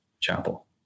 chapel